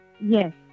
Yes